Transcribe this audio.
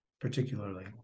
particularly